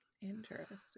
Interesting